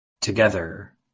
Together